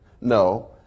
No